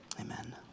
Amen